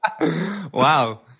Wow